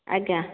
ଆଜ୍ଞା